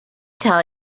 tell